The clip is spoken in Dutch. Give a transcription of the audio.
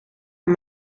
aan